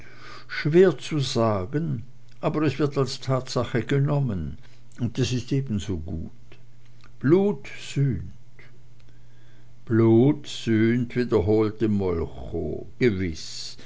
schwer zu sagen aber es wird als tatsache genommen und das ist ebensogut blut sühnt blut sühnt wiederholte molchow gewiß